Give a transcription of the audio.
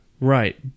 right